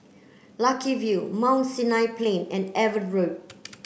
Lucky View Mount Sinai Plain and Avon Road